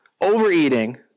overeating